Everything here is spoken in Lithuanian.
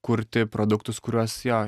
kurti produktus kuriuos jo